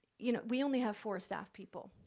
you know, we only have four staff people.